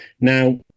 Now